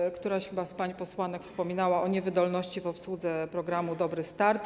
Chyba któraś z pań posłanek wspominała o niewydolności w obsłudze programu „Dobry start”